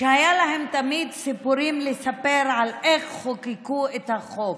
שהיו להם תמיד סיפורים לספר על איך חוקקו את החוק.